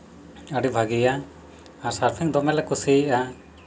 ᱟᱹᱰᱤ ᱵᱷᱟᱹᱜᱤᱭᱟ ᱟᱨ ᱥᱟᱨᱯᱷᱤᱝ ᱫᱚᱢᱮ ᱞᱮ ᱠᱩᱥᱤᱭᱟᱜᱼᱟ